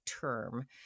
term